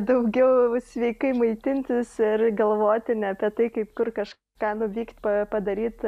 daugiau sveikai maitintis ir galvoti ne apie tai kaip kur kažką nuvykt padaryt